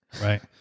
right